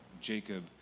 Jacob